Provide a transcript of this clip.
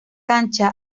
cancha